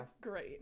great